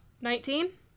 Nineteen